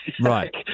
Right